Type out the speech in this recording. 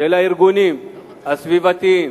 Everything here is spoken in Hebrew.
של הארגונים הסביבתיים,